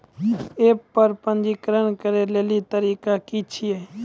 App पर पंजीकरण करै लेली तरीका की छियै?